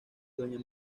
doña